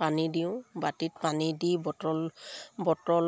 পানী দিওঁ বাতিত পানী দি বটল বটলৰ